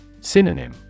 Synonym